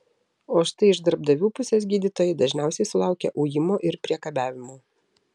o štai iš darbdavių pusės gydytojai dažniausiai sulaukia ujimo ir priekabiavimo